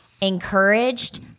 encouraged